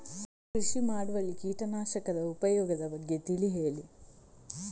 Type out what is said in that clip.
ಕೃಷಿ ಮಾಡುವಲ್ಲಿ ಕೀಟನಾಶಕದ ಉಪಯೋಗದ ಬಗ್ಗೆ ತಿಳಿ ಹೇಳಿ